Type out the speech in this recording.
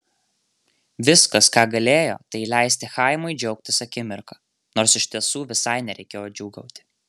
viskas ką galėjo tai leisti chaimui džiaugtis akimirka nors iš tiesų visai nereikėjo džiūgauti